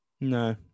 no